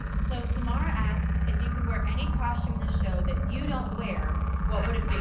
so, samara asks if you could wear any costume in the show that you don't wear. what would it be?